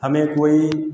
हमें कोई